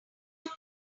out